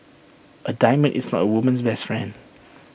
A diamond is not A woman's best friend